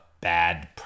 bad